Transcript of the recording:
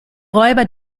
räuber